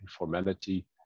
informality